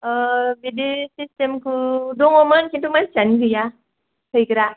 बिदि सिस्टेम थ' दङमोन किन्टु मानसियानो गैया हैग्रा